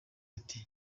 ati